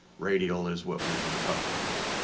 radial is what we've been talking about.